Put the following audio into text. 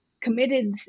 committed